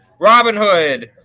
Robinhood